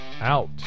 out